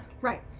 Right